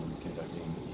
conducting